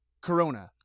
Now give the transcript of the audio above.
Corona